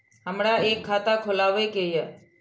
हमरा एक खाता खोलाबई के ये?